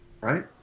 Right